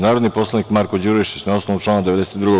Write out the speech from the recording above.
Narodni poslanik Marko Đurišić, na osnovu člana 92.